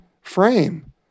frame